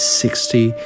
sixty